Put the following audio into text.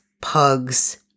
pugs